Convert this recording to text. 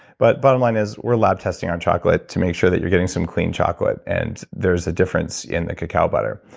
but bottom line is, we're lab testing our chocolate to make sure that you're getting some clean chocolate. and there's a difference in the cacao butter,